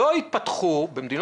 לא התפתחו טכנולוגיות אחרות?